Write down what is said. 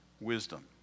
wisdom